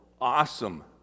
awesome